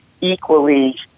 equally